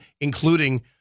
including